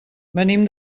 venim